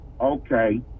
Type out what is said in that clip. Okay